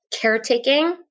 caretaking